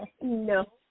No